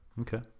Okay